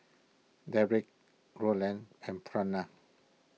Derrick Rolland and Frona